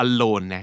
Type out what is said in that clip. Alone